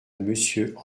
monsieur